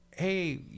Hey